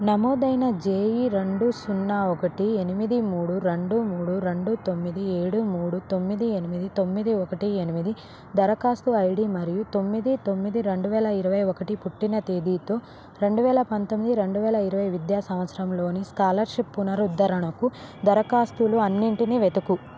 నమోదు అయిన జేఈ రెండు సున్నా ఒకటి ఎనిమిది మూడు రెండు మూడు రెండు తొమ్మిది ఏడు మూడు తొమ్మిది ఎనిమిది తొమ్మిది ఒకటి ఎనిమిది దరకస్తు ఐడీ మరియు తొమ్మిది తొమ్మిది రెండువేల ఇరవై ఒకటి పుట్టిన తేదీతో రెండు వేల పంతొమ్మిది రెండువేల ఇరవై విద్యా సంవత్సరంలోని స్కాలర్షిప్ పునరుద్ధరణకు ధరఖాస్తులు అన్నింటిని వెతుకు